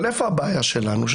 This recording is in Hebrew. אבל איפה הבעיה שלנו?